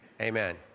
Amen